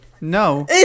No